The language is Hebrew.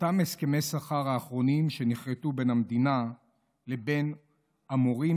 באותם הסכמי שכר אחרונים שנכרתו בין המדינה לבין המורים,